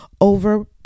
over